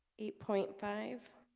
eight point five.